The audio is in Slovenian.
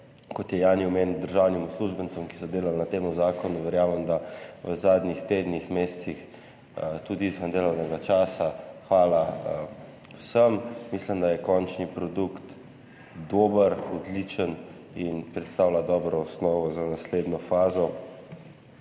kot je Jani omenil, državnim uslužbencem, ki so delali na tem zakonu, verjamem, da v zadnjih tednih, mesecih tudi izven delovnega časa. Hvala vsem! Mislim, da je končni produkt dober, odličen in predstavlja dobro osnovo za naslednjo fazo